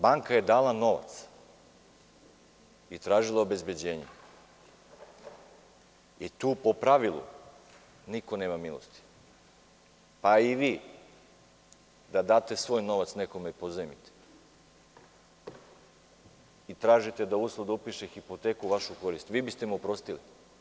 Banka je dala novac i tražila obezbeđenje i tu po pravilu niko nema milosti, pa i vi da date svoj novac nekome i pozajmite i tražite kao uslov da upiše hipoteku u vašu korist, vi biste mu oprostili?